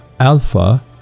Alpha